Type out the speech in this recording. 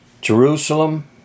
Jerusalem